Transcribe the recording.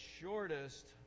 shortest